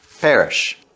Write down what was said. Perish